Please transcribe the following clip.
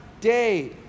day